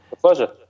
pleasure